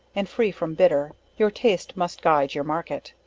and free from bitter your taste must guide your market.